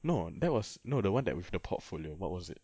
no that was no the [one] that with the portfolio what was it